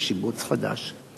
לשיבוץ חדש.